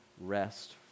rest